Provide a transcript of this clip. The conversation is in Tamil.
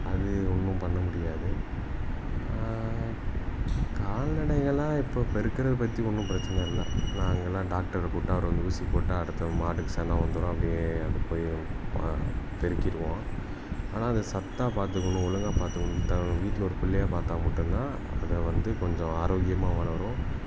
அது ஒன்றும் பண்ண முடியாது கால்நடைகளெல்லாம் இப்போ பெருக்கிறதப் பற்றி ஒன்றும் பிரச்சின இல்லை நாங்களாம் டாக்டரை கூப்பிட்டு அவர் வந்து ஊசி போட்டால் அடுத்த மாட்டுக்கு சினை வந்துடும் அப்படியே அது போயிடும் மா பெருக்கிடுவோம் ஆனால் அதை சத்தாக பார்த்துக்கணும் ஒழுங்கா பார்த்துக்கணும் த வீட்டில் ஒரு பிள்ளையாக பார்த்தா மட்டும் தான் அது வந்து கொஞ்சம் ஆரோக்கியமாக வளரும்